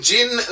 Gin